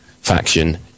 faction